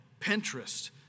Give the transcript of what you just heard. Pinterest